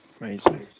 Amazing